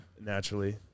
Naturally